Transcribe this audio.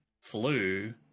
flew